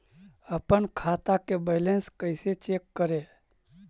अपन खाता के बैलेंस कैसे चेक करे?